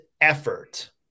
effort